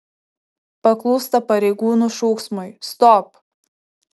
paklūsta pareigūnų šūksmui stop